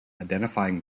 identifying